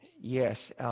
Yes